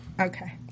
okay